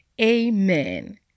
amen